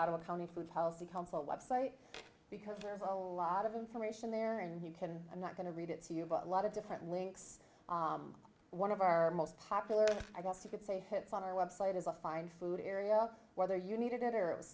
a county food policy council website because there's a lot of information there and you can i'm not going to read it so you have a lot of different links one of our most popular i guess you could say hits on our website is a fine food area whether you needed it or it was